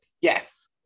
Yes